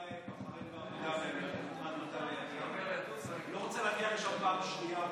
לבחריין ואבו דאבי, לא רוצה להגיע לשם פעם שנייה,